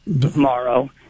tomorrow